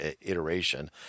iteration